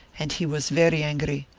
and he was very angry.